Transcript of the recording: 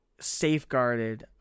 safeguarded